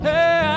Hey